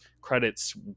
credits